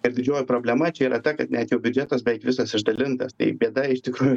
ir didžioji problema čia yra ta kad net jau biudžetas beveik visas išdalintas tai bėda iš tikrųjų